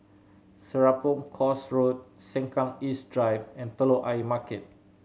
Serapong Course Road Sengkang East Drive and Telok Ayer Market